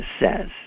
says